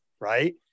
right